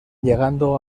llegando